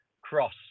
cross